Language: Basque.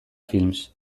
films